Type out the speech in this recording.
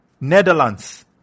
Netherlands